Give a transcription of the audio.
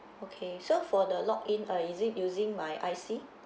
okay so for the login uh is it using my I_C